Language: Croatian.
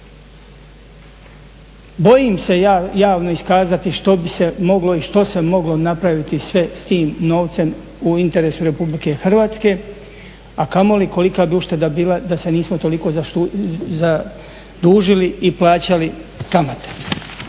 Bojim se ja javno iskazati što bi se moglo i što se moglo napraviti sve s tim novcem u interesu Republike Hrvatske a kamoli kolika bi ušteda bila da se nismo toliko zadužili i plaćali kamate.